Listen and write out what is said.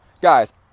guys